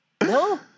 No